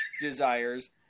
desires